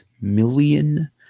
million